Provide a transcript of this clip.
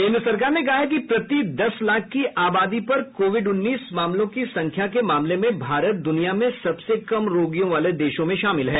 केंद्र सरकार ने कहा है कि प्रति दस लाख आबादी पर कोविड उन्नीस मामलों की संख्या के मामले में भारत दुनिया में सबसे कम रोगियों वाले देशों में शामिल है